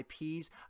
IPs